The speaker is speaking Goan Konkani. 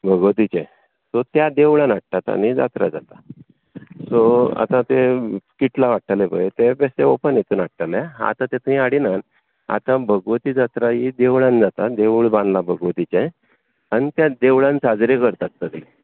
भगवतीचें सो त्या देवळांत हाडटात आनी जात्रा जाता सो आतां तें किटला हाडटालें पळय तें बेश्टें ओपन हितून हाडटाले आतां तें थंय हाडिनात आतां भगवती जात्रा ही देवळांत जाता देवूळ बांदलां भगवतीचें आनी त्या देवळांत साजरे करतात सगलें